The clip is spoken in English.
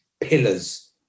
pillars